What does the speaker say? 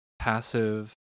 Passive